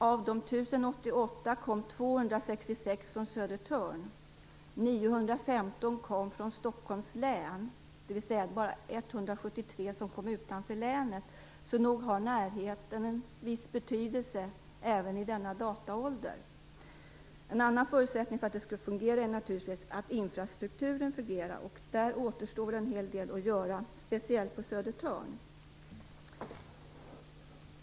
Av de 1 088 kom 266 från Södertörn. 915 kom från Stockholms län. Bara 173 kom från platser utanför länet. Nog har närheten en viss betydelse även i denna dataålder. En annan förutsättning för att det skall fungera är naturligtvis att infrastrukturen fungerar. Där återstår en hel del att göra - speciellt på Södertörn.